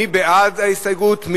מי בעד ההסתייגות?